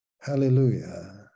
Hallelujah